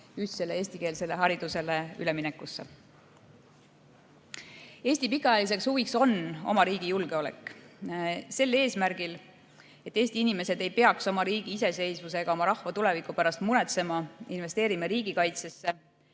ühtsele eestikeelsele haridusele üleminekusse. Eesti pikaajaline huvi on riigi julgeolek. Sel eesmärgil, et Eesti inimesed ei peaks oma riigi iseseisvuse ega oma rahva tuleviku pärast muretsema, investeerime riigikaitsesse,